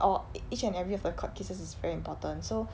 our each and every of the court cases is very important so